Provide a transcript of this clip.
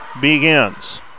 begins